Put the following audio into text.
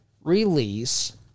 Release